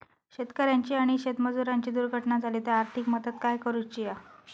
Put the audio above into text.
शेतकऱ्याची आणि शेतमजुराची दुर्घटना झाली तर आर्थिक मदत काय करूची हा?